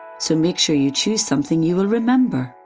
so make sure you choose something you will remember.